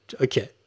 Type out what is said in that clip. Okay